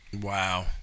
Wow